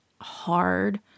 hard